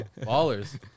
Ballers